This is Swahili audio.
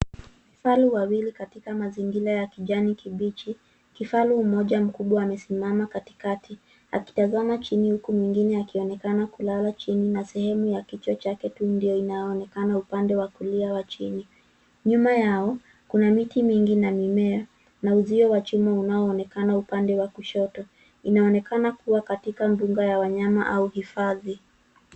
Kifaru wawili katika mazingira ya kijani kibichi. Kifaru mmoja mkubwa amesimama katikati akitazama chini huku mwingine akionekana kulala chini na sehemu ya kichwa chake tu ndio inaonekana upande wa kulia wa chini. Nyuma yao, kuna miti mingi na mimea na uzio wa chuma unaonekana upande wa kushoto. Inaonekana kuwa katika mbuga ya wanyama au hifadhi.